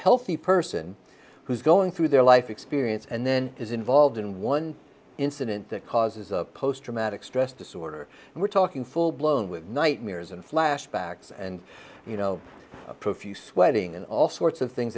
healthy person who's going through their life experience and then is involved in one incident that causes a post traumatic stress disorder and we're talking full blown with nightmares and flashbacks and you know profuse sweating and all sorts of things